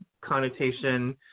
connotation